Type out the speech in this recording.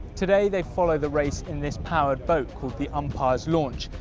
today they follow the race in this powered boat called the umpire's launch.